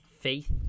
faith